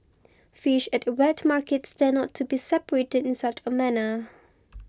fish at wet markets tend not to be separated in such a manner